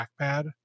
trackpad